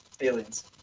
aliens